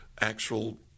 actual